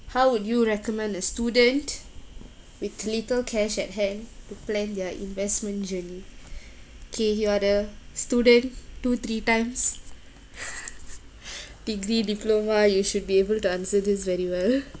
how would you recommend a student with little cash at hand to plan their investment journey kay you're the student two three times degree diploma you should be able to answer this very well